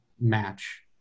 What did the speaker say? match